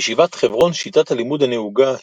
בישיבת חברון שיטת הלימוד הנהוגה,